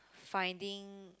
finding